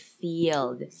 field